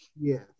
Yes